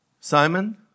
Simon